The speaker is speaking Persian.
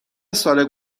سال